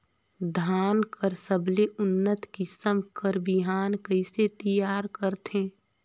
धान कर सबले उन्नत किसम कर बिहान कइसे तियार करथे?